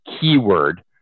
keyword